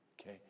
okay